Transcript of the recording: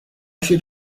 should